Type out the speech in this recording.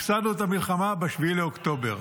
הפסדנו במלחמה ב-7 באוקטובר.